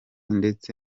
ndetse